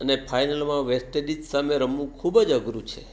અને ફાઇનલમાં વેસ્ટનડિઝ સામે રમવું ખૂબ જ અઘરું છે